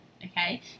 okay